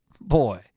boy